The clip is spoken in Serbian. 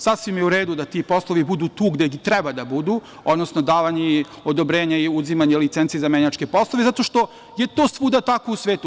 Sasvim je u redu da ti poslovi budu tu gde i treba da budu, odnosno davanje i odobrenja i uzimanje licenci za nemačke poslove, zato što je to svuda tako u svetu.